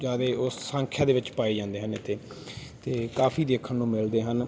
ਜ਼ਿਆਦਾ ਉਸ ਸੰਖਿਆ ਦੇ ਵਿੱਚ ਪਾਏ ਜਾਂਦੇ ਹਨ ਇੱਥੇ ਅਤੇ ਕਾਫੀ ਦੇਖਣ ਨੂੰ ਮਿਲਦੇ ਹਨ